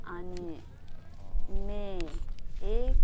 अनि मे एक